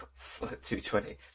220